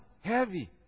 Heavy